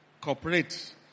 cooperate